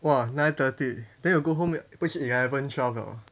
!wah! nine thirty then you go home 不是 eleven twelve